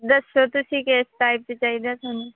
ਦੱਸੋ ਤੁਸੀਂ ਕਿਸ ਟਾਈਪ ਦੀ ਚਾਹੀਦੀ ਆ ਤੁਹਾਨੂੰ